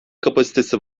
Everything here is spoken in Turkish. kapasitesi